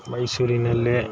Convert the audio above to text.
ಮೈಸೂರಿನಲ್ಲಿ